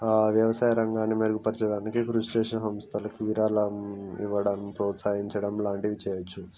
వ్యవసాయ రంగాన్ని మెరుగుపరచడానికి కృషి చేసే సంస్థలకు విరాళం ఇవ్వడం ప్రోత్సహించడం లాంటివి చేయవచ్చు